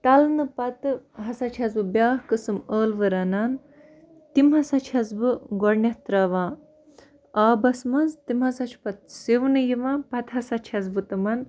تَلنہٕ پتہٕ ہسا چھیٚس بہٕ بیٛاکھ قسٕم ٲلوٕ رَنان تِم ہسا چھیٚس بہٕ گۄڈٕنیٚتھ ترٛاوان آبَس منٛز تِم ہسا چھِ پَتہٕ سِونہٕ یِوان پتہٕ ہسا چھیٚس بہٕ تِمَن